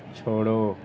छोड़ो